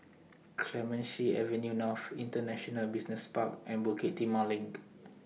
Clemenceau Avenue North International Business Park and Bukit Timah LINK